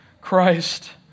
Christ